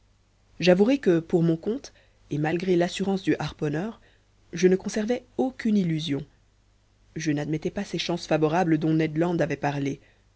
j'avouerai que pour mon compte et malgré l'assurance du harponneur je ne conservais aucune illusion je n'admettais pas ces chances favorables dont ned land avait parlé